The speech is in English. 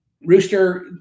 Rooster